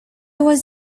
was